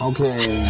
Okay